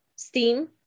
Steam